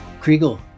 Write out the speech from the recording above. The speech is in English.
Kriegel